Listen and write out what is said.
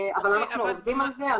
אבל אנחנו עובדים על זה,